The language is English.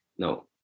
no